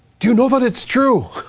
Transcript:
do you know that it's true?